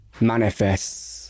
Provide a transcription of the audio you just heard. manifests